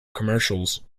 commercials